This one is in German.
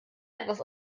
etwas